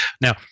Now